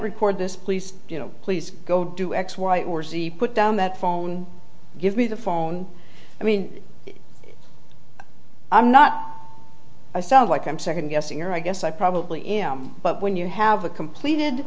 record this please you know please go do x y or z put down that phone give me the phone i mean i'm not i sound like i'm second guessing or i guess i probably am but when you have a completed